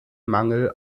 mangel